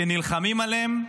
שנלחמים עליהם,